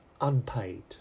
Unpaid